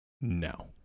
no